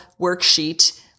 worksheet